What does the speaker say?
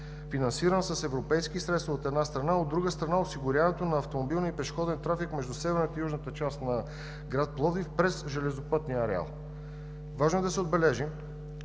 Важно е да се отбележи,